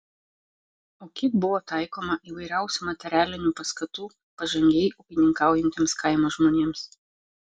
o kiek buvo taikoma įvairiausių materialinių paskatų pažangiai ūkininkaujantiems kaimo žmonėms